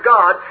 God